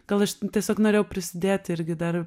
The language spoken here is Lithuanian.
gal aš tiesiog norėjau prisidėti irgi dar